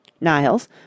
Niles